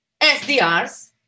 SDRs